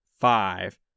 five